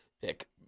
pick